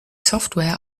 software